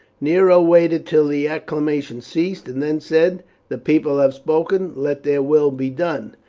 nero waited till the acclamation ceased, and then said the people have spoken, let their will be done.